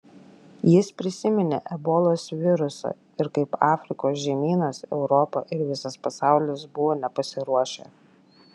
jis prisiminė ebolos virusą ir kaip afrikos žemynas europa ir visas pasaulis buvo nepasiruošę